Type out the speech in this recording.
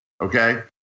okay